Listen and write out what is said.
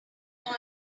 have